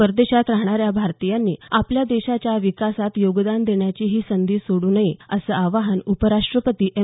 परदेशात राहणाऱ्या भारतीयांनी आपल्या देशाच्या विकासात योगदान देण्याची ही संधी सोडू नये असं आवाहन उपराष्ट्रपती एम